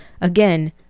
again